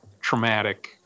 traumatic